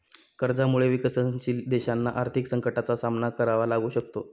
कर्जामुळे विकसनशील देशांना आर्थिक संकटाचा सामना करावा लागू शकतो